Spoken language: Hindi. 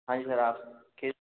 हां जी सर आप किस